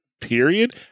period